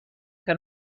que